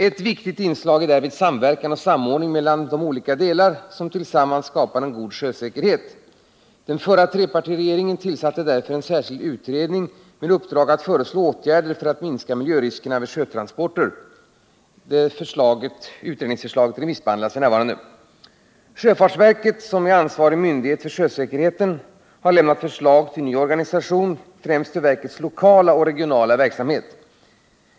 Ett viktigt inslag är därvid samverkan och samordning mellan de olika delar som tillsammans skapar en god sjösäkerhet. Den förra trepartiregeringen tillsatte därför en särskild utredning med uppdrag att föreslå åtgärder för att minska miljöriskerna vid sjötransporter. Utredningens förslag remissbehandlas f. n. Sjöfartsverket, som är ansvarig myndighet för sjösäkerheten, har lämnat förslag till ny organisation främst för verkets lokala och regionala verksamhet.